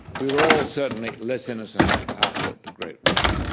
we were all certainly less innocent after the great war.